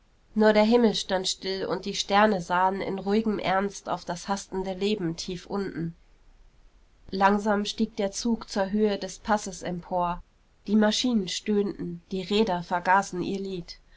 nur der himmel stand still und die sterne sahen in ruhigem ernst auf das hastende leben tief unten langsam stieg der zug zur höhe des passes empor die maschinen stöhnten die räder vergaßen ihr lied